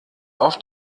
auf